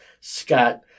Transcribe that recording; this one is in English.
Scott